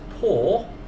Poor